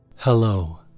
Hello